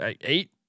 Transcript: eight